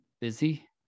busy